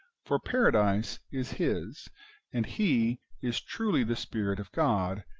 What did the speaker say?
for paradise is his and he is truly the spirit of god,